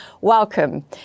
Welcome